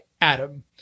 Adam